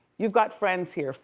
you've got friends here.